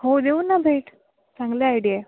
हो देऊ ना भेट चांगली आयडिया आहे